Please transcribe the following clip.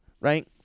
right